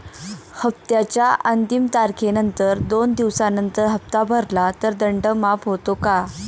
हप्त्याच्या अंतिम तारखेनंतर दोन दिवसानंतर हप्ता भरला तर दंड माफ होतो का?